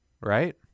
right